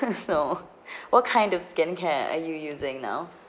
so what kind of skincare are you using now